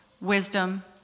wisdom